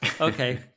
Okay